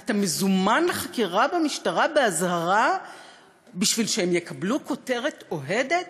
אתה מזומן לחקירה באזהרה בשביל שהם יקבלו כותרת אוהדת.